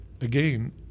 again